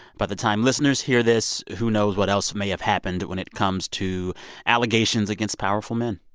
by the time listeners hear this, who knows what else may have happened when it comes to allegations against powerful men.